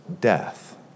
death